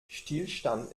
stillstand